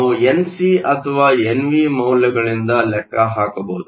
ನಾವು N C ಅಥವಾ N V ಮೌಲ್ಯಗಳಿಂದ ಲೆಕ್ಕ ಹಾಕಬಹುದು